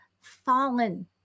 fallen